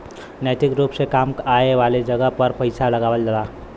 नैतिक रुप से काम आए वाले जगह पर पइसा लगावला